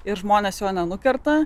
ir žmonės jo nenukerta